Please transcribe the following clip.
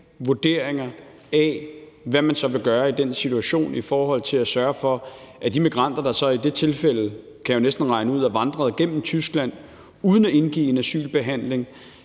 vurderinger af, hvad man så vil gøre i den situation, i forhold til om de migranter, der så i det tilfælde, kan jeg næsten regne ud, er vandret gennem Tyskland uden at indgive en asylansøgning